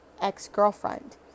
ex-girlfriend